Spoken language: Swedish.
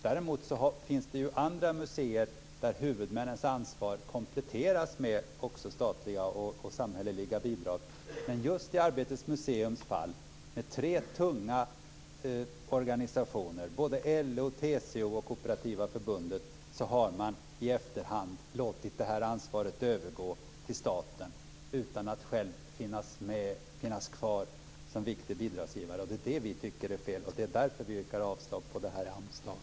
Däremot finns det andra museer där huvudmännens ansvar kompletteras med statliga och samhälleliga bidrag. Men just i fallet med Arbetets museum, med de tre tunga organisationerna LO, TCO och Kooperativa förbundet, har man i efterhand låtit ansvaret övergå till staten, utan att de själva finns kvar som viktig bidragsgivare. Det är det som vi tycker är fel, och det är därför som vi yrkar avslag på detta anslag.